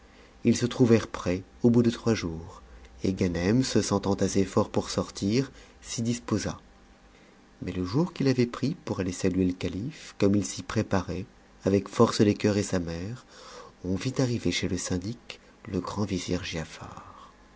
ils se trouvèrent prêts au bout de trois jours et ganem se sentant assez fort pour sortir s'y disposa mais le jour qu'il avait pris pour aller saluer le calife comme il s'y préparait avec force des cœurs et sa mère on vit arriver chez le syndic le grand vizir giafar